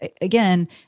again